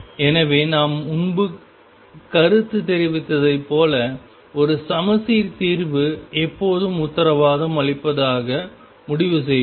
எனவே நாம் முன்பு கருத்து தெரிவித்ததைப் போல ஒரு சமச்சீர் தீர்வு எப்போதும் உத்தரவாதம் அளிப்பதாக முடிவு செய்வோம்